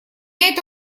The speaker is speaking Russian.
это